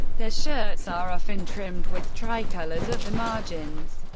their shirts are often trimmed with tricolores at the margins.